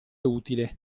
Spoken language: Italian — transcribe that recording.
utile